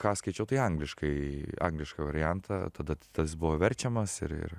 ką skaičiau tai angliškai anglišką variantą tada tas buvo verčiamas ir ir